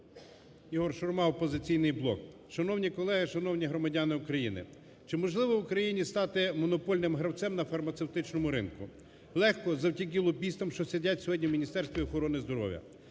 Ігор Шурма, "Опозиційний блок". Шановні колеги! Шановні громадяни України! Чи можливо в Україні стати монопольним гравцем на фармацевтичному ринку? Легко, завдяки лобістам, що сидять сьогодні в Міністерстві охорони здоров'я.